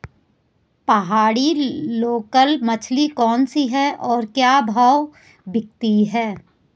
पहाड़ी लोकल मछली कौन सी है और क्या भाव बिकती है?